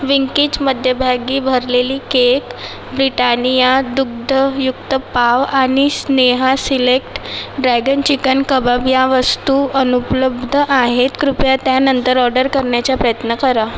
Winkies मध्यभागी भरलेली cake Britannia दुग्धयुक्त पाव आणि Sneha select dragon chicken kebab या वस्तू अनुपलब्ध आहेत कृपया त्यानंतर ऑर्डर करण्याचा प्रयत्न करा